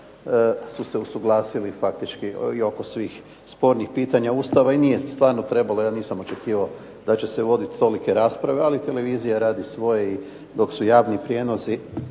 su se usuglasili faktički i oko svih spornih pitanja Ustava i nije stvarno trebalo, ja nisam očekivao da će se voditi tolike rasprave, ali televizija radi svoje i dok su javni prijenosi